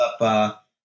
up